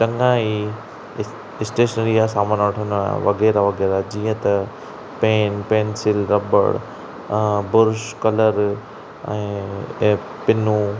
चंङा ई स्टेशनरी जा सामान वठंदा वग़ैरह वग़ैरह जीअं त पेन पेंसिल रबड़ ब्रुश कलर ऐं टै पिनूं